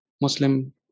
Muslim